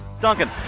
Duncan